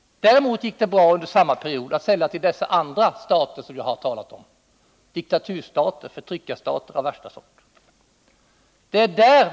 Däremot gick det bra att under samma period sälja vapen till dessa andra stater som jag nu har talat om: diktaturstater och förtryckarstater av värsta sort.